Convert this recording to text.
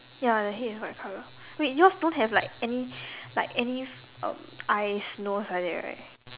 ya the head is white color wait yours don't have like any like any uh eyes nose like that right